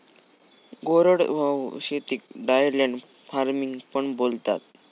कोरडवाहू शेतीक dryland farming पण बोलतात